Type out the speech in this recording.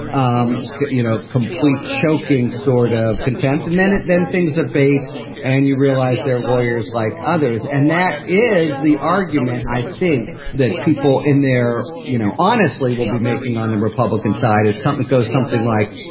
um you know, complete choking sort of contempt. and then and then things abate and you realize their lawyers like others. and that is the argument. i think that people in their you know, honestly, we'll be making on the republican side and company goes something like,